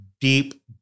deep